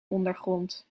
ondergrond